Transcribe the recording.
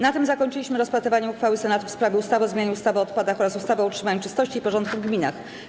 Na tym zakończyliśmy rozpatrywanie uchwały Senatu w sprawie ustawy o zmianie ustawy o odpadach oraz ustawy o utrzymaniu czystości i porządku w gminach.